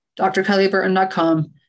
drkellyburton.com